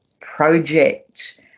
project